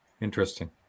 Interesting